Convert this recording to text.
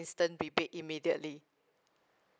instant rebate immediately